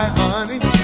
honey